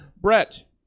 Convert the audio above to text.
Brett